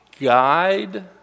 guide